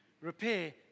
repair